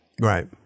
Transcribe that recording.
Right